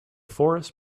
forest